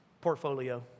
portfolio